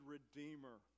Redeemer